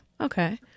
Okay